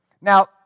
Now